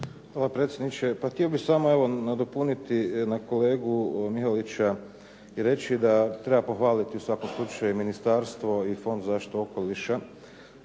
Hvala potpredsjedniče. Pa htio bih samo nadopuniti na kolegu Mihalića i reći da treba pohvaliti u svakom slučaju ministarstvo i Fond za zaštitu okoliša